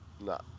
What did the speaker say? No